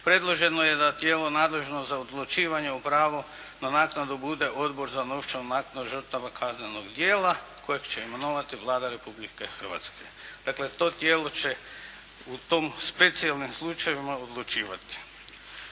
Predloženo je tijelo nadležno za odlučivanje o pravu na naknadu bude Odbor za novčanu naknadu žrtava kaznenog djela, kojeg će imenovati Vlada Republike Hrvatske. Dakle, to tijelo će u tom specijalnim slučajevima odlučivati.